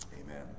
Amen